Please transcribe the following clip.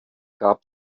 gab